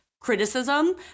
criticism